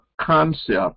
concept